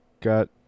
got